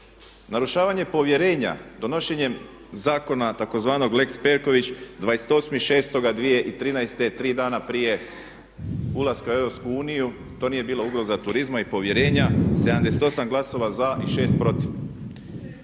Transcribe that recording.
Narušavanjem problema donošenjem zakona tzv. lex Perković 28.06.2013. tri dana prije ulaska u EU to nije bila ugroza turizma i povjerenja, 78 glasova za i 6 protiv.